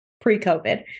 pre-COVID